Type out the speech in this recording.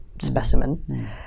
specimen